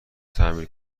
تعمیر